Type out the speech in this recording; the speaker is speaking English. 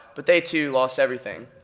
but they too lost everything.